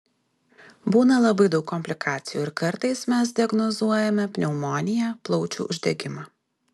būna labai daug komplikacijų ir kartais mes diagnozuojame pneumoniją plaučių uždegimą